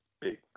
big